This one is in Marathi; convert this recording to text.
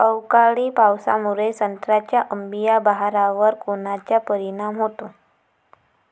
अवकाळी पावसामुळे संत्र्याच्या अंबीया बहारावर कोनचा परिणाम होतो?